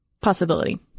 possibility